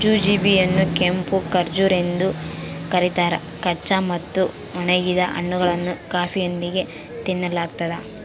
jujube ಯನ್ನುಕೆಂಪು ಖರ್ಜೂರ ಎಂದು ಕರೀತಾರ ಕಚ್ಚಾ ಮತ್ತು ಒಣಗಿದ ಹಣ್ಣುಗಳನ್ನು ಕಾಫಿಯೊಂದಿಗೆ ತಿನ್ನಲಾಗ್ತದ